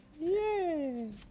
yay